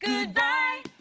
goodbye